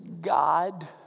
God